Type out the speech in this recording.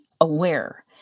aware